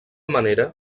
manera